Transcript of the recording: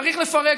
צריך לפרק.